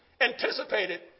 anticipated